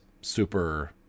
super